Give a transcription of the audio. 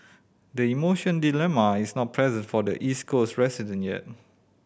the emotion dilemma is not present for the East Coast resident yet